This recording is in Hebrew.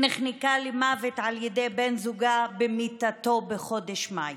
שנחנקה למוות על ידי בן זוגה במיטתו בחודש מאי,